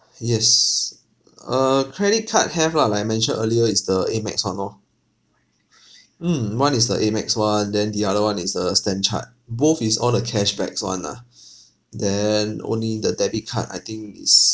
uh yes uh credit card have lah like I mentioned earlier it's the AMEX one orh mm one is the AMEX [one] then the other one is uh stanchart both is on a cash backs [one] ah then only the debit card I think is